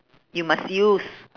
you must use